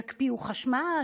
יקפיאו חשמל,